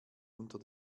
unter